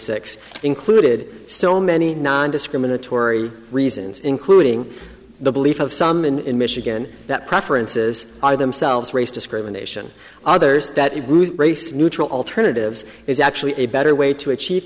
six included so many now discriminatory reasons including the belief of some in michigan that preferences are themselves race discrimination others that race neutral alternatives is actually a better way to achieve